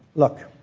look.